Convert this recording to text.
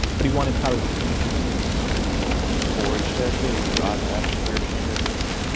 but he wanted tyler to re-pierce them anyway before each tattoo, i'd have to pierce his nipples.